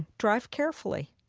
drive carefully.